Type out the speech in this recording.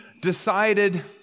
decided